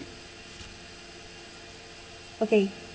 okay